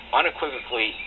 unequivocally